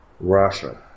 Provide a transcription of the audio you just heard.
Russia